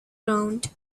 round